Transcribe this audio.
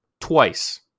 twice